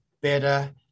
better